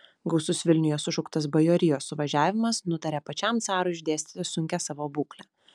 gausus vilniuje sušauktas bajorijos suvažiavimas nutarė pačiam carui išdėstyti sunkią savo būklę